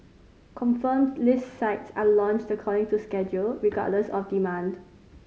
confirmed list sites are launched according to schedule regardless of demand